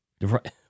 Right